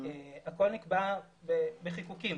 הכול נקבע בחיקוקים,